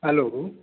hello